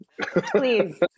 Please